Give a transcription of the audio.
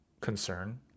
concern